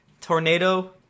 tornado